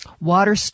water